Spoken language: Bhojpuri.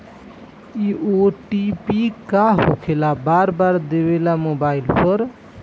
इ ओ.टी.पी का होकेला बार बार देवेला मोबाइल पर?